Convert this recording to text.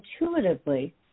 intuitively